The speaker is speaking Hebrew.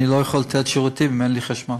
אני לא יכול לתת שירותים אם אין לי חשמל.